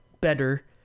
better